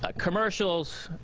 ah commercials,